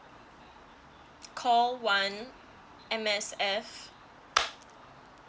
call one M_S_F